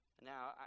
Now